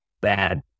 bad